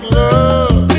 love